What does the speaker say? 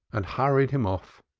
and hurried him off.